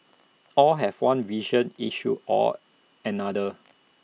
all have one vision issue or another